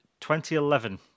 2011